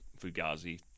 Fugazi